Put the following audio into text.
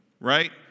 right